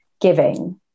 giving